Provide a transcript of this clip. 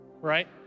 right